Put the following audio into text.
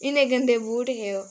इ'न्ने गंदे बूट हे ओह्